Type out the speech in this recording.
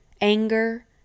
anger